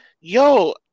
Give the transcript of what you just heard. yo